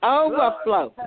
overflow